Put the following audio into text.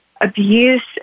abuse